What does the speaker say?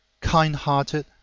kind-hearted